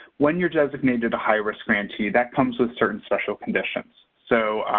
when you're designated a high-risk grantee, that comes with certain special conditions. so,